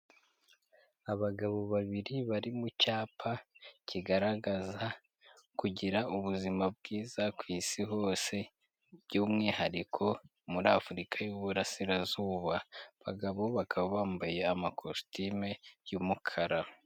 Abagabo babiri bari mu cyapa kigaragaza kugira ubuzima bwiza ku Isi hose, by'umwihariko muri Afurika y'Uburasirazuba. Abagabo bakaba bambaye amakositime y'umukara.